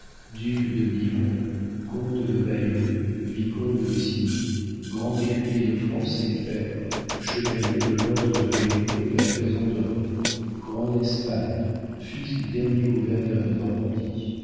duc de nivron comte de bayeux vicomte d'essigny grand écuyer de france et pair chevalier de l'ordre de l'éperon et de la toison dor grand d'espagne fils du dernier gouverneur de normandie